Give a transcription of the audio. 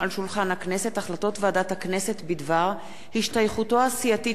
החלטות ועדת הכנסת בדבר השתייכותו הסיעתית של חבר הכנסת,